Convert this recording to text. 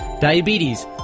diabetes